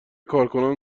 کارکنان